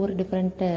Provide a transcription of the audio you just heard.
different